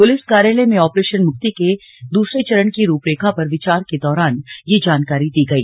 police कार्यालय में operation मुक्ति के दूसरे चरण की रूपरेखा पर विचार के दौरान यह जानकारी दी गई